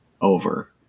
over